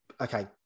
okay